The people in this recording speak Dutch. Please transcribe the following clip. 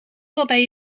waarbij